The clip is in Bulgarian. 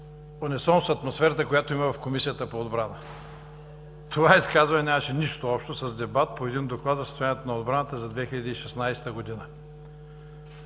унисон с атмосферата, която има в Комисията по отбрана. Това изказване нямаше нищо общо с дебат по един доклад за състоянието на отбраната за 2016 г.